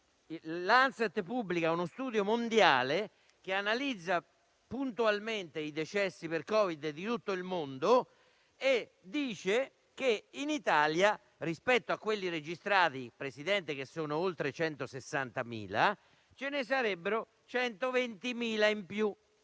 basato su uno studio mondiale che analizza puntualmente i decessi per Covid di tutto il mondo e rileva che in Italia, rispetto a quelli registrati che sono oltre 160.000, ce ne sarebbero 120.000 in più.